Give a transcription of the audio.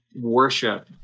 worship